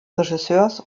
regisseurs